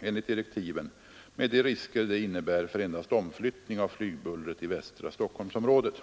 enligt direktiven, med de risker det innebär för endast omflyttning av flygbullret i västra Stockholmsområdet.